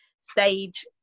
Stage